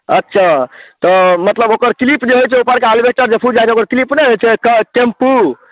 अच्छा तऽ मतलब ओकर क्लिप जे होइ छै ऊपरका एल्बेस्टर जे फुटि जाइत छै ओकर क्लिप नहि रहैत छै कऽ केम्पू